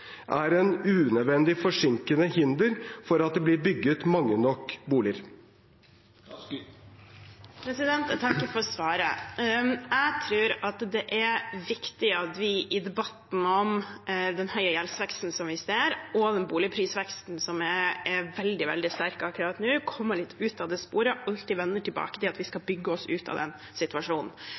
det blir bygget mange nok boliger. Jeg takker for svaret. Jeg tror det er viktig at vi i debatten om den høye gjeldsveksten vi ser, og den boligprisveksten som er veldig, veldig sterk akkurat nå, kommer litt ut av det sporet vi alltid vender tilbake til; at vi skal bygge oss ut av situasjonen.